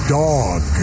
dog